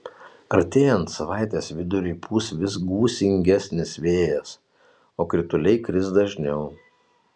artėjant savaitės viduriui pūs vis gūsingesnis vėjas o krituliai kris dažniau